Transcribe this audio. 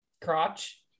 Crotch